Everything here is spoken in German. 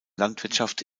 landwirtschaft